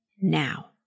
now